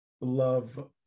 love